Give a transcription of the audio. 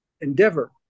endeavor